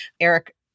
Eric